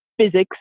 physics